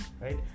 right